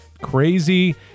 crazy